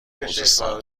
خوزستان